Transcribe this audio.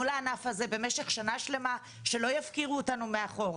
לענף הזה במשך שנה שלמה שלא יפקירו אותנו מאחור.